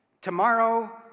Tomorrow